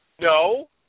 No